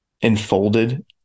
enfolded